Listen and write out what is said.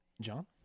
John